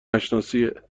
نشناسیه